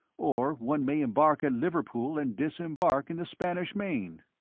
or one may embark at liverpool and disembark in the spanish main.